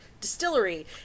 Distillery